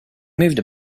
moved